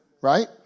right